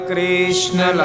Krishna